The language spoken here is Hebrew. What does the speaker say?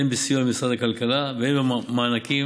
הן בסיוע ממשרד הכלכלה והן במענקים